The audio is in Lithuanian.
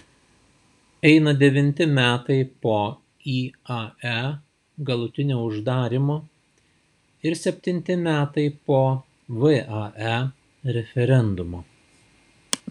eina devinti metai po iae galutinio uždarymo ir septinti metai po vae referendumo